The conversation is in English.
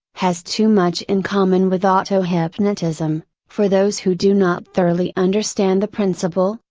has too much in common with auto hypnotism, for those who do not thoroughly understand the principle,